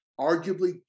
arguably